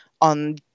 on